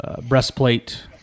breastplate